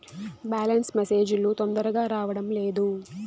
Balance message లు తొందరగా రావడం లేదు?